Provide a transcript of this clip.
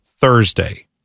Thursday